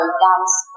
dance